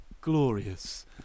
glorious